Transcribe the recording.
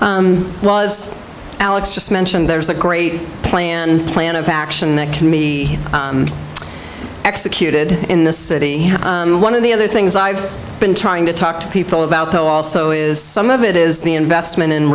lex just mentioned there's a great plan plan of action that can be executed in the city one of the other things i've been trying to talk to people about though also is some of it is the investment in